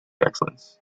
excellence